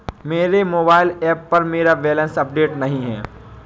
मेरे mobile app पर मेरा बैलेंस अपडेट नहीं है